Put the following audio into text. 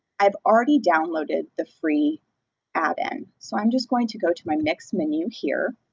i've already downloaded the free add-in, so i'm just going to go to my mix menu here,